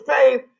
faith